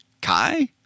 Kai